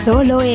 Solo